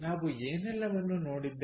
ನಾವು ಏನೆಲ್ಲವನ್ನೂ ನೋಡಿದ್ದೇವೆ